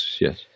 yes